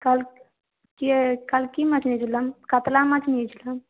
কালকে কাল কী মাছ নিয়েছিলাম কাতলা মাছ নিয়েছিলাম